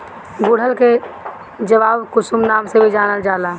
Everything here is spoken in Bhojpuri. गुड़हल के जवाकुसुम नाम से भी जानल जाला